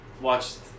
watched